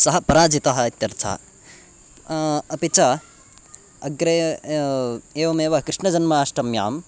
सः पराजितः इत्यर्थः अपि च अग्रे एवमेव कृष्णजन्माष्टम्यां